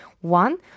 One